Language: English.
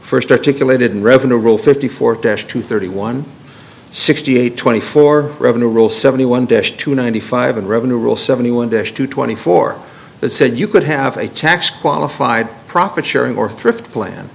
first articulated revenue roll fifty four to thirty one sixty eight twenty four revenue rose seventy one dish to ninety five and revenue rule seventy one dish to twenty four that said you could have a tax qualified profit sharing or thrift plan